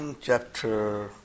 Chapter